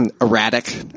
erratic